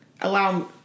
allow